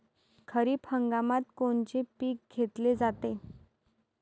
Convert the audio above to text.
खरिप हंगामात कोनचे पिकं घेतले जाते?